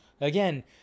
again